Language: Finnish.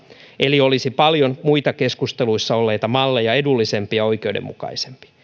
eli olisi paljon muita keskusteluissa olleita malleja edullisempi ja oikeudenmukaisempi